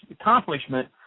accomplishment